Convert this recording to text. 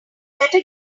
better